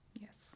Yes